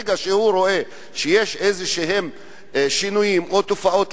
ברגע שהוא רואה שיש שינויים כלשהם או תופעות